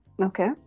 Okay